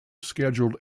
scheduled